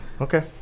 okay